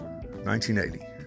1980